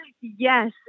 Yes